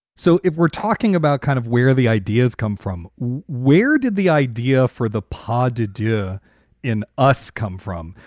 so if we're talking about kind of where the ideas come from, where did the idea for the poor did yeah in us come from,